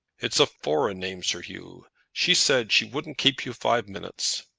it's a foreign name, sir hugh. she said she wouldn't keep you five minutes.